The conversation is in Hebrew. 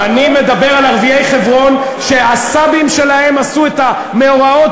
אני מדבר על ערביי חברון שהסבים שלהם עשו את המאורעות